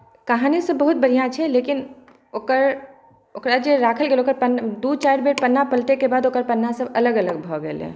कहानीसब बहुत बढ़िआँ छै लेकिन ओकर ओकरा जे राखैलए गेलहुँ ओकर दू चारि बेर पन्ना पलटैके बाद ओकर पन्नासब अलग अलग भऽ गेलै